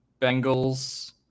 Bengals